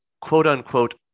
quote-unquote